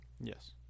Yes